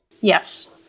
Yes